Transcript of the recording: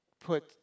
put